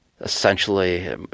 essentially